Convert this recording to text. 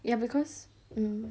ya because mm